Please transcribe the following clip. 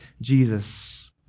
Jesus